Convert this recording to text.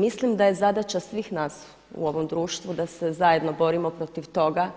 Mislim da je zadaća svih nas u ovom društvu da se zajedno borimo protiv toga,